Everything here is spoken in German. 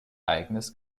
eigenes